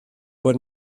bod